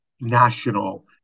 national